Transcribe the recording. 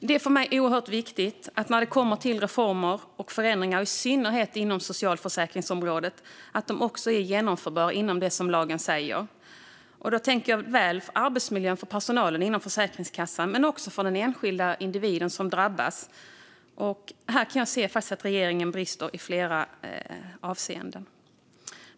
Det är för mig oerhört viktigt att reformer och förändringar, i synnerhet inom socialförsäkringsområdet, är genomförbara och i enlighet med det som lagen säger. Då tänker jag på såväl arbetsmiljön för personalen inom Försäkringskassan som på den enskilda individen som drabbas. Här kan jag se att regeringen brister i flera avseenden.